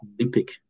Olympic